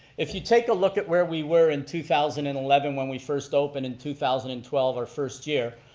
if you take a look at where we were in two thousand and eleven when we first opened in two thousand and twelve, our first year,